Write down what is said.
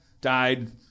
died